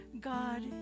God